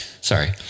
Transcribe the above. Sorry